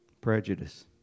Prejudice